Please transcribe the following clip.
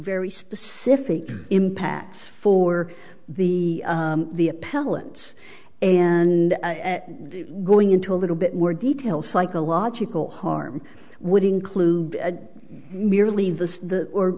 very specific impacts for the the appellant's and going into a little bit more detail psychological harm would include merely the or